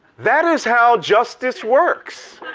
that is how justice works.